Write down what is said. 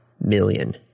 million